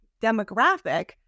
demographic